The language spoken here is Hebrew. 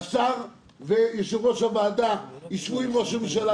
השר ויושב-ראש הוועדה יישבו עם ראש הממשלה,